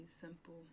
simple